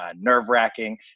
nerve-wracking